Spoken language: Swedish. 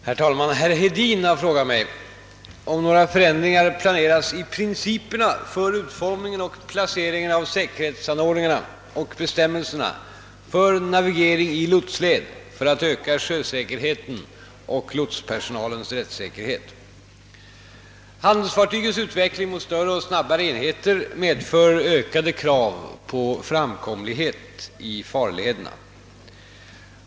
Herr talman! Herr Hedin har frågat mig, om några förändringar planeras i principerna för utformningen och placeringen av =:säkerhetsanordningarna och bestämmelserna för navigering i lotsled för att öka sjösäkerheten och lotspersonalens rättssäkerhet. Handelsfartygens utveckling mot större och snabbare enheter medför ökade krav på framkomligheten i farlederna.